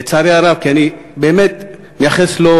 לצערי הרב, כי אני באמת מייחס לו,